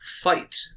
fight